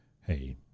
hey